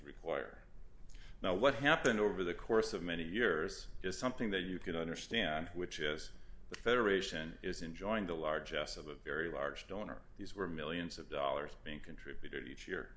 require now what happened over the course of many years is something that you could understand which is the federation is enjoying the large us of a very large donor these were millions of dollars being contributed each year